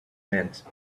meant